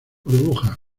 burbuja